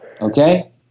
Okay